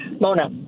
Mona